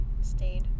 stayed